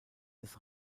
des